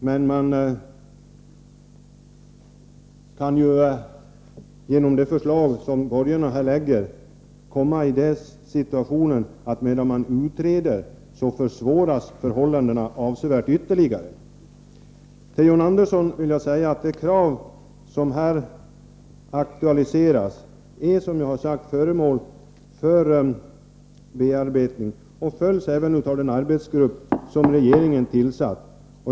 Genom de förslag som de borgerliga partierna framlägger kan vi ju hamna i den situationen att förhållandena försvåras ytterligare medan man utreder. Till John Andersson vill jag säga att de krav som aktualiseras i reservation 4 är föremål för bearbetning. De följs även upp av den arbetsgrupp som regeringen har tillsatt.